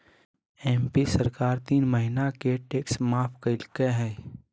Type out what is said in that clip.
MP सरकार तीन महीना के टैक्स माफ कइल कय